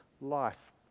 life